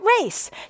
race